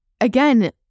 again